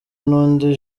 n’undi